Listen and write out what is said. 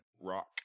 rock